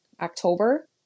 October